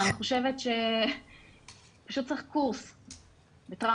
אני חושבת שפשוט צריך קורס בטראומה,